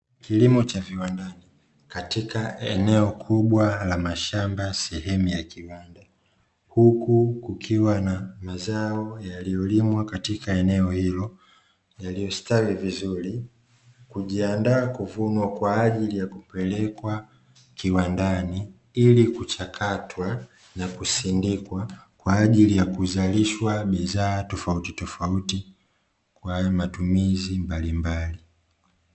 Kilimo cha viwandani, katika eneo kubwa la mashamba sehemu ya kiwanda, huku kukiwa na mazao yaliyo limwa katika eneo hilo, yaliyo stawi vizuri kujiandaa kuvunwa kwaajili ya kupelekwa kiwandani, ili kuchakatwa na kusindikwa kwaajili ya kuzalishwa bidhaa tofauti tofauti kwa matumizi mbalimbali.